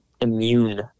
immune